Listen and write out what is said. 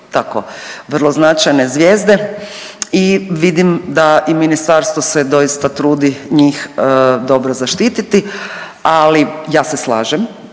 vrlo značajne zvijezde i vidim da i ministarstvo se doista trudi njih dobro zaštititi, ali ja se slažem,